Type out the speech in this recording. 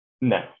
No